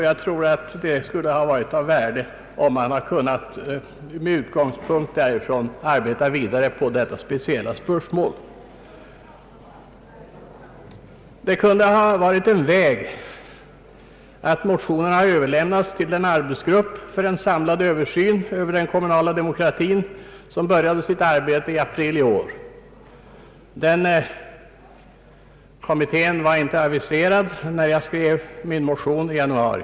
Jag tror att det skulle ha varit av värde om man med utgångspunkt därifrån hade kunnat arbeta vidare på detta speciella spörsmål. En väg hade varit att motionerna hade överlämnats till den arbetsgrupp för en samlad översyn av den kommunala demokratin som började sitt arbete i april i år. Den kommittén var inte aviserad när jag skrev min motion i januari.